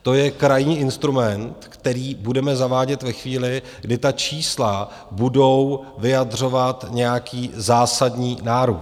To je krajní instrument, který budeme zavádět ve chvíli, kdy ta čísla budou vyjadřovat nějaký zásadní nárůst.